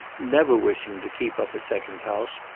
never wishing to keep up a second house,